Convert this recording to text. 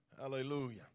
Hallelujah